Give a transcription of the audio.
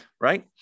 right